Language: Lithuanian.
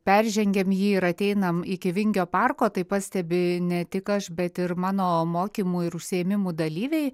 peržengiam jį ir ateinam iki vingio parko tai pastebi ne tik aš bet ir mano mokymų ir užsiėmimų dalyviai